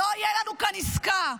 לא תהיה לנו כאן עסקה.